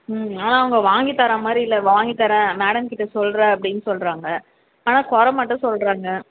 ம் ஆனால் அவங்க வாங்கித்தர மாதிரி இல்லை வாங்கித் தரேன் மேடம் கிட்டே சொல்கிறேன் அப்டின்னு சொல்றாங்க ஆனால் குறை மட்டும் சொல்றாங்க